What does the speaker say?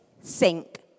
sink